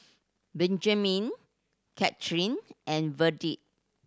Benjamin Kathyrn and Verdie